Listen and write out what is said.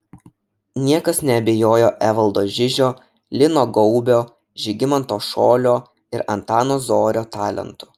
niekas neabejojo evaldo žižio lino gaubio žygimanto šolio ir antano zorio talentu